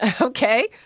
Okay